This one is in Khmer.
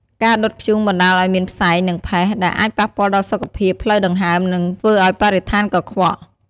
ការដុតធ្យូងបណ្តាលឱ្យមានផ្សែង និងផេះ ដែលអាចប៉ះពាល់ដល់សុខភាពផ្លូវដង្ហើម និងធ្វើឲ្យបរិស្ថានកខ្វក់។